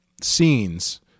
scenes